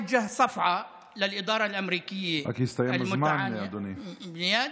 רק הסתיים הזמן, אדוני.